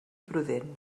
prudent